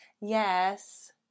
yes